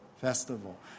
festival